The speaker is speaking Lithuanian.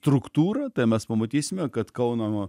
struktūrą tai mes pamatysime kad kauno